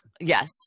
yes